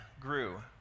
grew